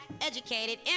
Educated